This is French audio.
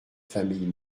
familles